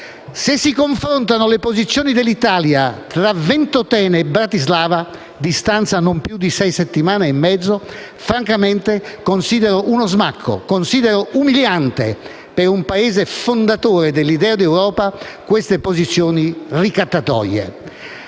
aver confrontato le posizioni dell'Italia tra Ventotene e Bratislava - distanti non più di sei settimane e mezzo - francamente considero umilianti per un Paese fondatore dell'idea d'Europa assumere posizioni ricattatorie.